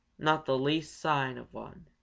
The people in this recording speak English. not the least sign of one.